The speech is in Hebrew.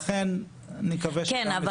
כן,